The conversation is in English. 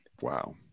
wow